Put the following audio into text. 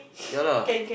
ya lah